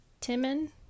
Timon